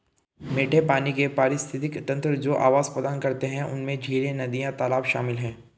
मीठे पानी के पारिस्थितिक तंत्र जो आवास प्रदान करते हैं उनमें झीलें, नदियाँ, तालाब शामिल हैं